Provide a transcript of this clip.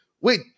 Wait